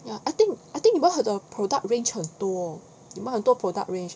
ya I think I think one of the product range 很多你们很多 product range